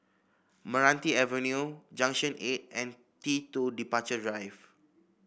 Meranti Avenue Junction Eight and T two Departure Drive